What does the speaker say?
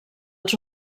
els